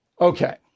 Okay